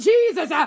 Jesus